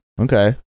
okay